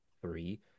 three